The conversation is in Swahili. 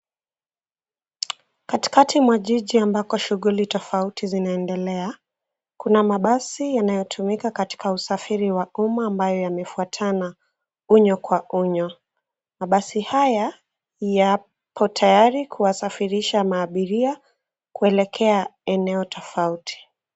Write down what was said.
Katikati mwa jiji ambako shughuli tofauti zinaendelea. Kuna mabasi yanayotumika katika usafiri wa umma ambayo yamefuatana unyo kwa unyo. Mabasi haya yapo tayari kuwasafirisha abiria kuelekea eneo tofauti.